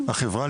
החברה,